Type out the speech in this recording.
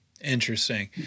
Interesting